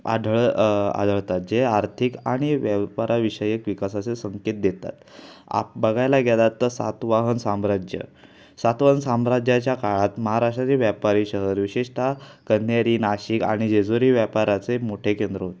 आढळ आढळतात जे आर्थिक आणि व्यापाराविषयक विकासाचे संकेत देतात आप बघायला गेलात तर सातवाहन साम्राज्य सातवाहन साम्राज्याच्या काळात महाराष्ट्रातील व्यापारी शहर विशेषतः कणेरी नाशिक आणि जेजुरी व्यापाराचे मोठे केंद्र होते